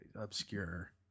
obscure